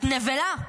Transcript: את נבלה,